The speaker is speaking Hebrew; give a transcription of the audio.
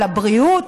לבריאות.